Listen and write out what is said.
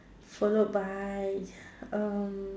followed by um